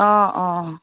অঁ অঁ